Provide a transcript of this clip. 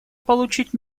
получить